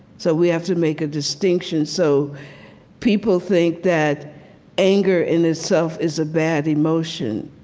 so we have to make a distinction. so people think that anger, in itself, is a bad emotion,